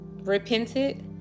repented